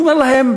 אני אומר להם: